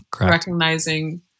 recognizing